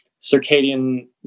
circadian